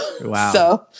wow